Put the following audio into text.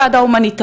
וועדת